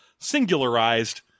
singularized